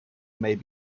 may